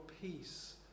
peace